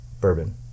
bourbon